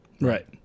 right